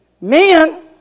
men